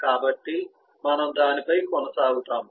కాబట్టి మనము దానిపై కొనసాగుతాము